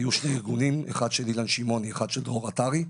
היו שני ארגונים: אחד של אילן שמעוני ואחד של דרור עטרי,